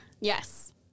Yes